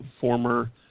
former